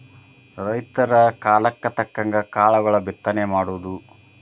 ರೈತರ ಕಾಲಕ್ಕ ತಕ್ಕಂಗ ಕಾಳುಗಳ ಬಿತ್ತನೆ ಮಾಡುದು